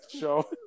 show